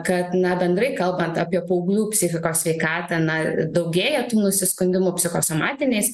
kad na bendrai kalbant apie paauglių psichikos sveikatą na daugėja nusiskundimų psichosomatiniais